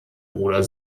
bruder